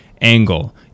angle